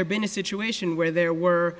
there been a situation where there were